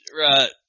Right